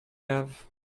have